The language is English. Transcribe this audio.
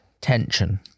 tension